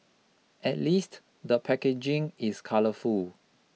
at least the packaging is colourful